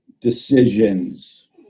decisions